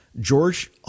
George